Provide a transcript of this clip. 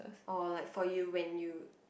orh like for you when you